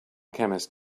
chemist